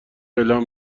اعلام